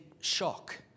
shock